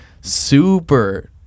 super